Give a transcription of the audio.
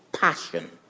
passion